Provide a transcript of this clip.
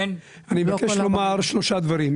אדוני היושב ראש, אני מבקש לומר שלושה דברים.